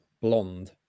Blonde